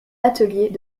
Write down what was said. ateliers